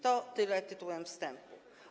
To tyle tytułem wstępu.